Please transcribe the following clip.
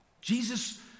Jesus